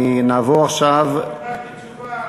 נעבור עכשיו, לא קיבלתי תשובה,